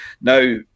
now